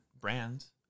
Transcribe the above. brands